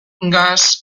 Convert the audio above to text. gas